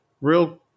real